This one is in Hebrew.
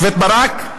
השופט ברק?